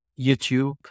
YouTube